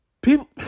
People